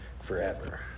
forever